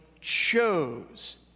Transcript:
chose